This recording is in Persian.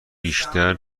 بیشتر